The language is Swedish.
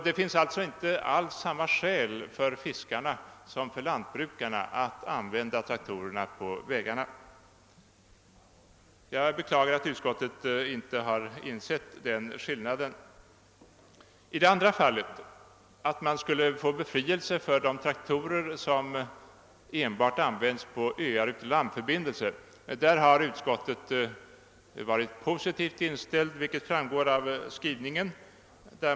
Det finns alltså inte alls samma skäl för fiskarna som för lantbrukarna att använda traktorerna på vägarna. Jag beklagar att utskottet inte har insett den skillnaden. I det andra fallet, d. v. s. när det gäller befrielse för de traktorer som enbart används på öar utan landförbindelse, har utskottet ställt sig positivt, vilket framgår av dess skrivning.